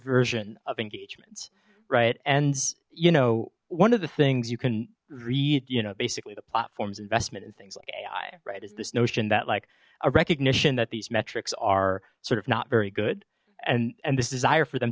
version of engagement right and you know one of the things you can read you know basically the platform's investment in things like ai right is this notion that like a recognition that these metrics are sort of not very good and and this desire for them